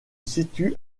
situe